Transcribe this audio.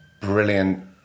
brilliant